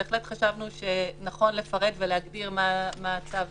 בהחלט חשבנו שנכון לפרט ולהגדיר מה הצו